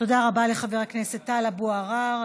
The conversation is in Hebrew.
תודה רבה לחבר הכנסת טלב אבו עראר.